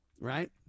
right